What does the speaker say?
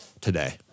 today